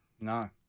No